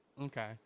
Okay